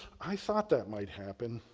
i thought that might happen.